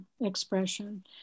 expression